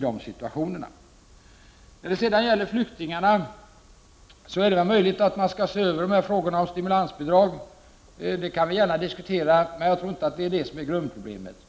Det är möjligt att man skall se över frågorna om stimulansbidragen när det gäller flyktingarna. Det kan vi gärna diskutera, men jag tror inte att det är grundproblemet.